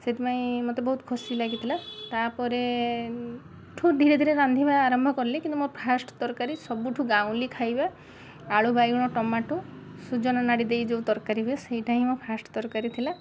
ସେଇଥିପାଇଁ ମୋତେ ବହୁତ ଖୁସି ଲାଗିଥିଲା ତା'ପରେ ଠୁ ଧୀରେ ଧୀରେ ରାନ୍ଧିବା ଆରମ୍ଭ କଲି କିନ୍ତୁ ମୋ ଫାର୍ଷ୍ଟ ତରକାରୀ ସବୁଠୁ ଗାଉଁଲି ଖାଇବା ଆଳୁ ବାଇଗଣ ଟମାଟୋ ସଜନା ନାଡ଼ି ଦେଇ ଯେଉଁ ତରକାରୀ ହୁଏ ସେଇଟା ହିଁ ମୋ ଫାର୍ଷ୍ଟ ତରକାରୀ ଥିଲା